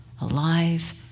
alive